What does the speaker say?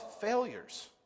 failures